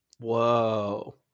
Whoa